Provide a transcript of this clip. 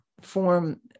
form